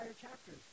chapters